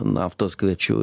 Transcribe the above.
naftos kviečių